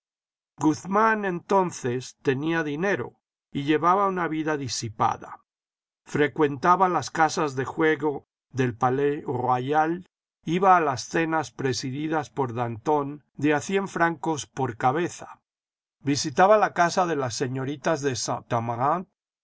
guzmán entonces tenía dinero y llevaba una vida disipada frecuentaba las casas de juego del palais royal iba a las cenas presididas por danton de a cien francos por cabeza visitaba la casa de las señoritas de saint amaranthe